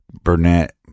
Burnett